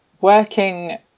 working